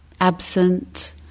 absent